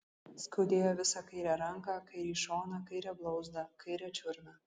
skaudėjo visą kairę ranką kairį šoną kairę blauzdą kairę čiurną